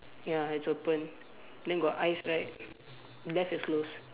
ya it's open then got eyes right left is close